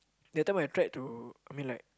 that time I tried to I mean like